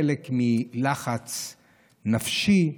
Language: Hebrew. חלק מלחץ נפשי,